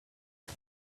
two